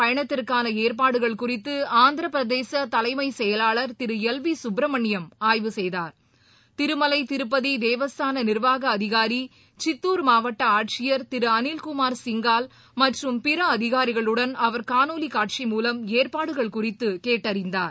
பயணத்திற்கானஏற்பாடுகள் பிரதமரின் குறித்துஆந்திரபிரதேசதலைமைசெயலாளர் திருஎல் விசுப்பிரமணியம் ஆய்வு செய்தார் திருமலைதிருப்பதிதேவஸ்தானநிர்வாகஅதிகாரி சித்தூர் மாவட்டஆட்சியர் திருஅளில் குமார் சிங்கால் மற்றும் பிறஅதிகாரிகளுடன் அவர் காணொலிகாட்சி மூலம் ஏற்பாடுகள் குறித்துகேட்டறிந்தார்